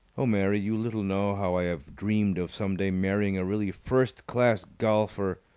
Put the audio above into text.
oh, mary, you little know how i have dreamed of some day marrying a really first-class golfer!